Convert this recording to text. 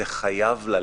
זה חייב ללכת,